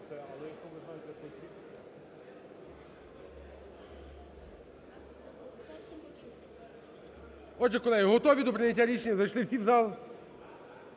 Отже, колеги, готові до прийняття рішення? Зайшли всі в зал?